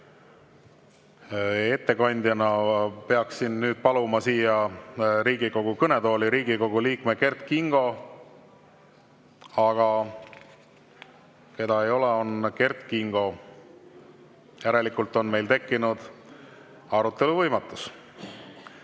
Ettekandeks peaksin paluma siia Riigikogu kõnetooli Riigikogu liikme Kert Kingo, aga keda ei ole, on Kert Kingo. Järelikult on meil tekkinud arutelu võimatus